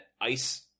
ice